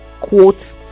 quote